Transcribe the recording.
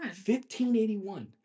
1581